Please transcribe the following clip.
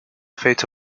fate